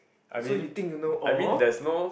so you think you know all